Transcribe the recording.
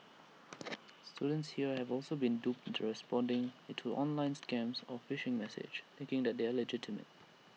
students here have also been duped into responding into online scams or phishing message thinking that they are legitimate